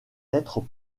être